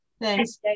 Thanks